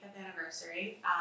anniversary